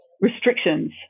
restrictions